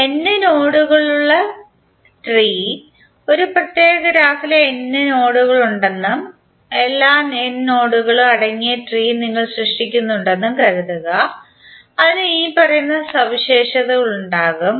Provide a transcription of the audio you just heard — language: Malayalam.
n നോഡുകളുടെ ട്രീ ഒരു പ്രത്യേക ഗ്രാഫിൽ n നോഡുകൾ ഉണ്ടെന്നും എല്ലാ n നോഡുകളും അടങ്ങിയ ട്രീ നിങ്ങൾ സൃഷ്ടിക്കുന്നുണ്ടെന്നും കരുതുക അതിന് ഇനിപ്പറയുന്ന സവിശേഷതകൾ ഉണ്ടാകും